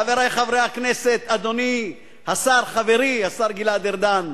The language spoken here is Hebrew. חברי חברי הכנסת, אדוני השר, חברי השר גלעד ארדן,